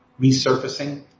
resurfacing